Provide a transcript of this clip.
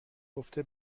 گفته